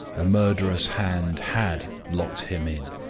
a murderous hand had locked him in,